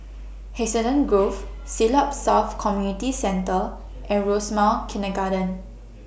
Hacienda Grove Siglap South Community Centre and Rosemount Kindergarten